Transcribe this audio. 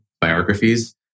biographies